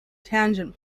tangent